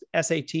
SAT